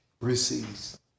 receives